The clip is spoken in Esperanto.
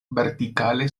vertikale